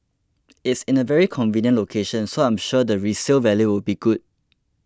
it's in a very convenient location so I'm sure the resale value will be good